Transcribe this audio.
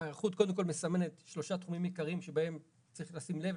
ההיערכות קודם כל מסמנת שלושה תחומים עיקריים שבהם צריך לשים לב,